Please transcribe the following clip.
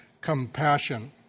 compassion